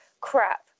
crap